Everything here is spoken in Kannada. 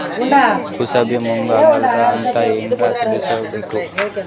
ಕೂಸಬಿ ಮುಗ್ಗ ಆಗಿಲ್ಲಾ ಅಂತ ಹೆಂಗ್ ತಿಳಕೋಬೇಕ್ರಿ?